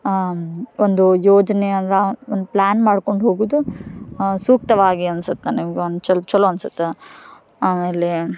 ಆಂ ಒಂದು ಯೋಜನೆ ಅಲ್ಲ ಒಂದು ಪ್ಲ್ಯಾನ್ ಮಾಡ್ಕೊಂಡು ಹೋಗುವುದು ಸೂಕ್ತವಾಗಿ ಅನ್ಸುತ್ತೆ ನನಗೊಂದು ಚಲ್ ಚಲೋ ಅನ್ಸುತ್ತೆ ಆಮೇಲೆ